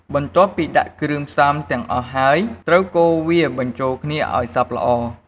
បន្ទាប់ពីដាក់គ្រឿងផ្សំទាំងអស់ហើយ ត្រូវកូរវាបញ្ចូលគ្នាឱ្យសព្វល្អ។